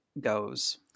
goes